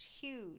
huge